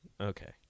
Okay